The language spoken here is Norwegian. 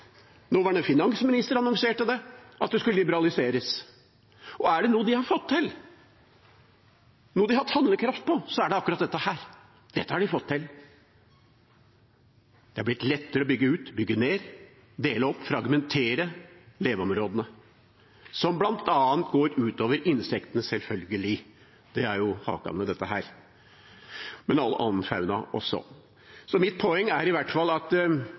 nåværende finansminister annonserte det, at det skulle liberaliseres. Er det noe de har fått til og hatt handlekraft på, er det akkurat dette. Dette har de fått til. Det har blitt lettere å bygge ut, bygge ned, dele opp og fragmentere leveområdene, noe som bl.a. går ut over insektene, selvfølgelig – det er haken med dette – men går ut over all annen fauna også. Mitt poeng er at